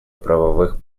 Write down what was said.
правовых